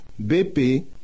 BP